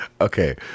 Okay